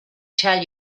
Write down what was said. tell